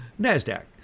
Nasdaq